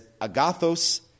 agathos